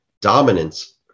dominance